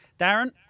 Darren